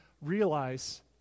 realize